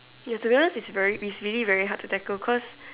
yes turbulence is very really very hard to tackle cause